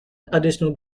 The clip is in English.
additional